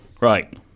Right